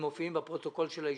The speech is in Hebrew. ומופיעים בפרוטוקול של הישיבה,